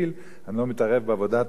אני לא מתערב בעבודת הכנסת,